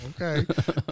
okay